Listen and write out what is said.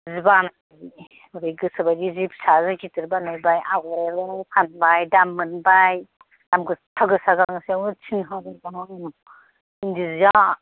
बिदि बानायो ओमफ्राय गोसो बादि सि फिसा सि गिदिर बानायबाय आगर एरै एरै फानबाय दाम मोनबाय दाम गोसा गोसा जानोसै थिन सारि हाजार गाहाम इन्दि सिया